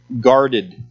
guarded